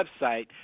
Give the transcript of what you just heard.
website